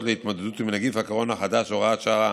להתמודדות עם נגיף הקורונה החדש (הוראת שעה)